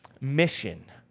mission